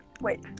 Wait